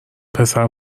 پسر